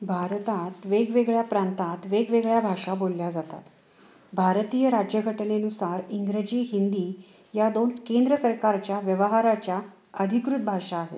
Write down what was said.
भारतात वेगवेगळ्या प्रांतात वेगवेगळ्या भाषा बोलल्या जातात भारतीय राज्यघटनेनुसार इंग्रजी हिंदी या दोन केंद्र सरकारच्या व्यवहाराच्या अधिकृत भाषा आहेत